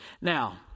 Now